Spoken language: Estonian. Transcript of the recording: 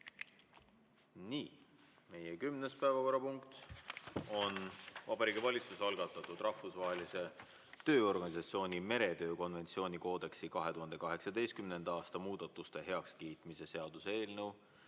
Nii. Meie kümnes päevakorrapunkt on Vabariigi Valitsuse algatatud Rahvusvahelise Tööorganisatsiooni meretöö konventsiooni koodeksi 2018. aasta muudatuste heakskiitmise seaduse eelnõu